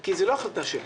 כי זו לא החלטה שלי.